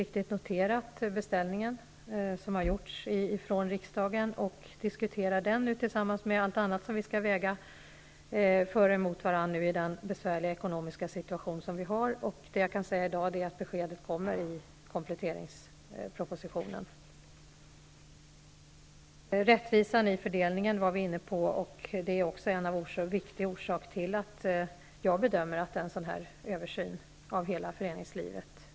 Vi har noterat den beställning som gjorts från riksdagen, och vi diskuterar den tillsammans med allt annat som vi skall väga samman i den besvärliga situation som nu råder. Vad jag i dag kan säga är att besked kommer att lämnas i kompletteringspropositionen. Vi har också varit inne på rättvisan i fördelningen. Jag bedömer att den aspekten är en viktig bidragande orsak till att det behövs en sådan här översyn av hela föreningslivet.